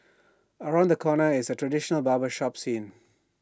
around the corner is A traditional barber shop scene